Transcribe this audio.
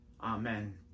Amen